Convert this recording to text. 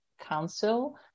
council